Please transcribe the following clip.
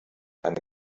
eine